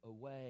away